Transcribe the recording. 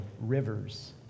rivers